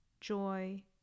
joy